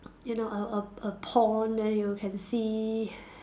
you know a a a pond then you can see